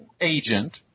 agent